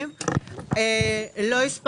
גם כחלק